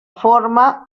forma